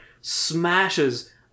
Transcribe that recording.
smashes